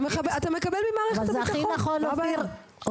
אתה מקבל ממערכת הביטחון מה הבעיה,